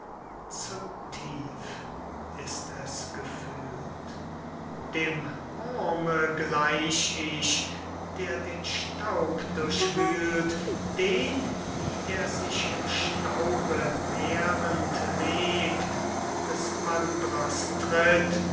zu tief ist es gefühlt dem wurme gleich ich der den staub durchwühlt den wie er sich im staube nährend lebt des wandrers tritt